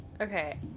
Okay